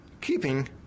keeping